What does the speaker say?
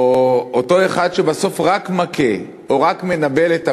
או אותו אחד שבסוף רק מכה או רק מנבל את הפה,